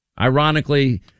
Ironically